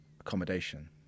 accommodation